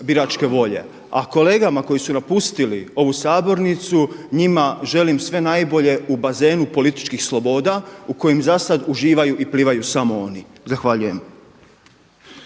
A kolegama koji su napustili ovu sabornicu njima želim sve najbolje u bazenu političkih sloboda u kojim za sad uživaju i plivaju samo oni. Zahvaljujem.